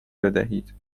بدهید